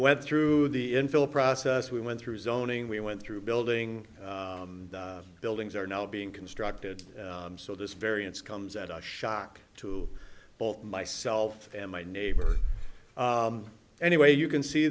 nt through the infield process we went through zoning we went through building buildings are now being constructed so this variance comes at a shock to both myself and my neighbors anyway you can see